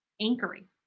anchoring